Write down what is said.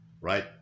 Right